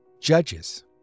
judges